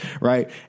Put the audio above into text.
right